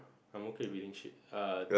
I am okay with eating shit er